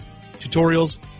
Tutorials